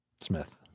Smith